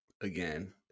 Again